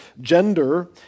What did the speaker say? Gender